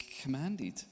commanded